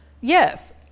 Yes